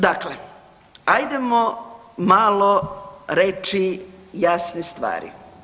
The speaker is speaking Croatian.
Dakle, ajdemo malo reći jasne stvari.